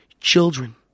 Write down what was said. children